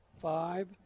five